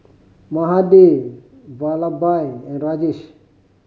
Mahade Vallabhbhai and Rajesh